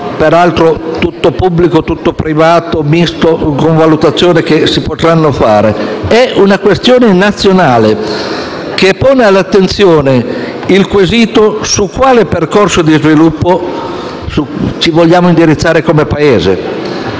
peraltro tutto pubblico, tutto privato o misto, con le valutazioni che si potrebbero fare: è una questione nazionale che pone alla nostra attenzione il quesito di quale percorso di sviluppo vogliamo intraprendere come Paese.